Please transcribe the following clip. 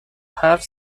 حرف